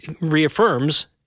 reaffirms